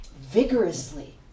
vigorously